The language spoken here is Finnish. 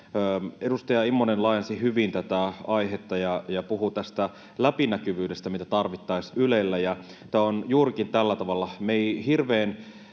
Edustaja Immonen laajensi hyvin tätä aihetta ja puhui tästä läpinäkyvyydestä, mitä tarvittaisiin Ylellä, ja tämä on juurikin tällä tavalla.